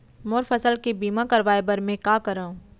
मोर फसल के बीमा करवाये बर में का करंव?